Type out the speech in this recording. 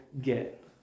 get